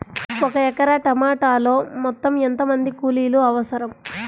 ఒక ఎకరా టమాటలో మొత్తం ఎంత మంది కూలీలు అవసరం?